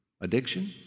addiction